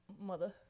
mother